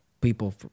people